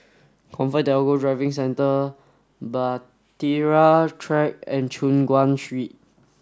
ComfortDelGro Driving Centre Bahtera Track and Choon Guan Street